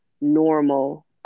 normal